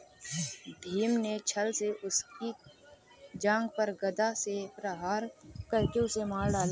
भीम ने छ्ल से उसकी जांघ पर गदा से प्रहार करके उसे मार डाला